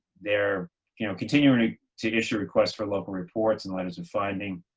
they're you know continuing to issue requests for local reports and letters of finding,